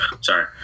Sorry